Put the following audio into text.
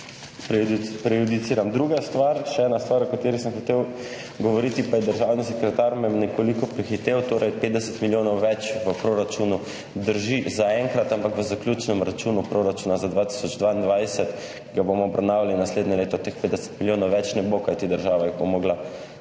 prejudiciram. Druga stvar, še ena stvar, o kateri sem hotel govoriti, pa je državni sekretar me nekoliko prehitel. Torej 50 milijonov več v proračunu drži zaenkrat. Ampak v zaključnem računu proračuna za 2022, ki ga bomo obravnavali naslednje leto, teh 50 milijonov več ne bo, kajti država jih bo mogla